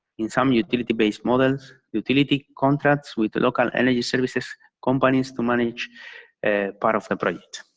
in some utility-based models, utility contracts with the local energy services companies to manage part of and project.